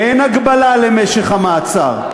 אין הגבלה למשך המעצר.